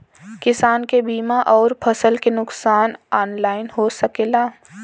किसान के बीमा अउर फसल के नुकसान ऑनलाइन से हो सकेला?